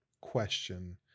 Question